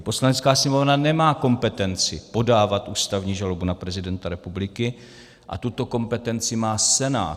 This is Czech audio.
Poslanecká sněmovna nemá kompetenci podávat ústavní žalobu na prezidenta republiky a tuto kompetenci má Senát.